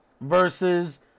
versus